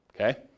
okay